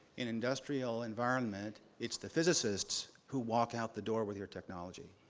in industrial environment, it's the physicists who walk out the door with your technology.